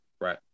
right